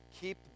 keep